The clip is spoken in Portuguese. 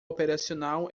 operacional